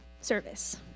service